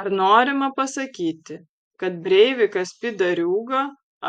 ar norima pasakyti kad breivikas pydariūga